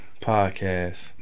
podcast